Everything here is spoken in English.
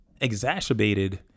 exacerbated